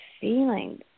feelings